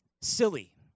silly